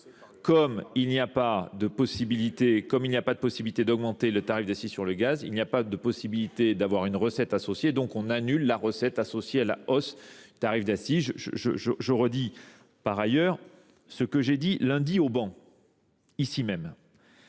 Comme il n'y a pas de possibilité d'augmenter le tarif d'assis sur le gaz, il n'y a pas de possibilité d'avoir une recette associée, donc on annule la recette associée à la hausse tarif d'assis. Je redis par ailleurs ce que j'ai dit lundi au banc, ici même.